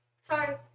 Sorry